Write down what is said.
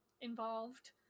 involved